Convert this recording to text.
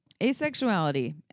asexuality